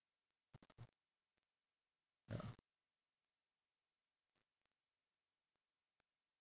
ya